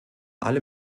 alle